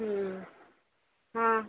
ହଁ